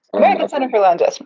american center for law and justice.